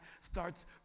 starts